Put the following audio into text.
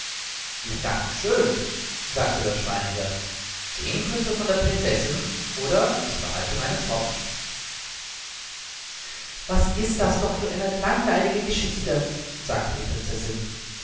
ich danke schön sagte der schweinehirt zehn küsse von der prinzessin oder ich behalte meinen topf was ist das doch für eine langweilige geschichte sagte die prinzessin